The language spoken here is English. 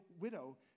widow